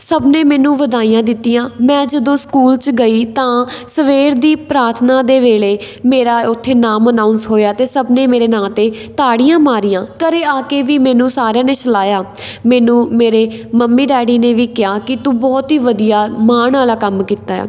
ਸਭ ਨੇ ਮੈਨੂੰ ਵਧਾਈਆਂ ਦਿੱਤੀਆਂ ਮੈਂ ਜਦੋਂ ਸਕੂਲ 'ਚ ਗਈ ਤਾਂ ਸਵੇਰ ਦੀ ਪ੍ਰਾਥਨਾ ਦੇ ਵੇਲੇ ਮੇਰਾ ਉੱਥੇ ਨਾਮ ਅਨਾਊਂਸ ਹੋਇਆ ਅਤੇ ਸਭ ਨੇ ਮੇਰੇ ਨਾਂ 'ਤੇ ਤਾੜੀਆਂ ਮਾਰੀਆਂ ਘਰ ਆ ਕੇ ਵੀ ਮੈਨੂੰ ਸਾਰਿਆਂ ਨੇ ਸਲਾਹਿਆ ਮੈਨੂੰ ਮੇਰੇ ਮੰਮੀ ਡੈਡੀ ਨੇ ਵੀ ਕਿਹਾ ਕਿ ਤੂੰ ਬਹੁਤ ਹੀ ਵਧੀਆ ਮਾਣ ਵਾਲਾ ਕੰਮ ਕੀਤਾ ਆ